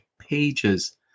pages